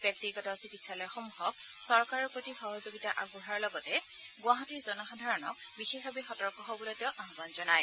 ব্যক্তিগত চিকিৎসালয়সমূহক চৰকাৰৰ প্ৰতি সহযোগিতা আগবঢ়োৱাৰ লগতে গুৱাহাটীৰ জনসাধাৰণক বিশেষভাৱে সতৰ্ক হবলৈ তেওঁ আহ্বান জনায়